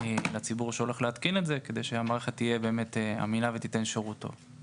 לציבור שהולך להתקין את זה כדי המערכת תהיה אמינה ותיתן שירות טוב.